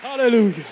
Hallelujah